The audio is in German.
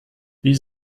wie